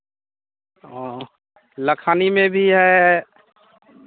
हाँ लखानी में भी है